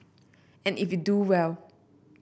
and if you do well